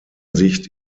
sicht